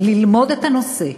ללמוד את הנושא,